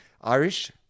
Irish